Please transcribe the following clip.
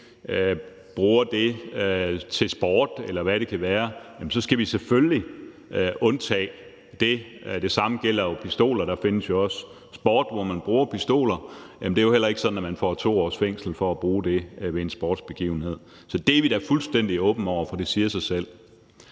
bruger det her til sport, eller hvad det kan være. Jamen så skal vi selvfølgelig undtage det. Det samme gælder pistoler, for der findes jo også sport, hvor man bruger pistoler. Og det er jo heller ikke sådan, at man får 2 års fængsel for at bruge det ved en sportsbegivenhed. Så det er vi da fuldstændig åbne over for. Det siger sig selv.